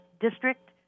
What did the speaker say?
district